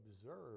observe